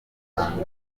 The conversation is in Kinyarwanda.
batangaje